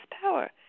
power